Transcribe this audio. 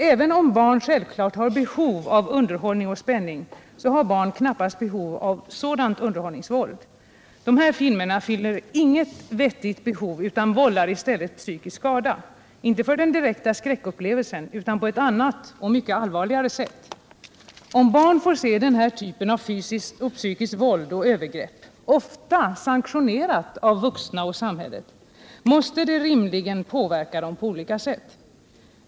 Även om barn självfallet har behov av underhållning och spänning, har de knappast behov av sådant underhållningsvåld. Dessa filmer fyller inget vettigt behov utan vållar i stället psykisk skada, inte framför allt på grund av den direkta skräckupplevelsen utan på ett annat och mycket allvarligare sätt. Om barn får se den här typen av fysiskt och psykiskt våld och övergrepp — oftast sanktionerat av vuxna och samhället — måste det rimligen påverka dem på olika sätt.